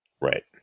Right